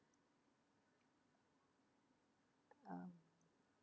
um